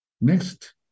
Next